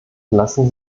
lassen